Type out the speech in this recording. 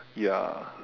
ya